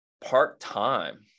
part-time